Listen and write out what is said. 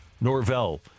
Norvell